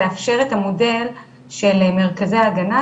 לאפשר את המודל של מרכזי ההגנה,